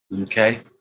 okay